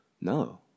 No